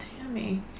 Tammy